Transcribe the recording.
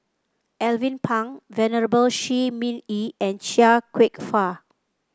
Alvin Pang Venerable Shi Ming Yi and Chia Kwek Fah